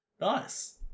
nice